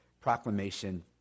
proclamation